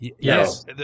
Yes